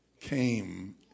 came